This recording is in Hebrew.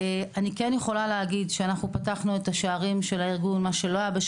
אני כן יכולה להגיד שאנחנו פתחנו את השערים של הארגון מה שלא היה,